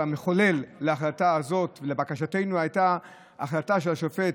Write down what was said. המחולל של ההחלטה הזאת ושל בקשתנו היה ההחלטה של השופט,